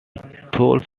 thule